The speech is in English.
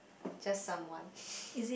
just someone